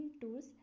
tools